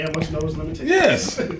yes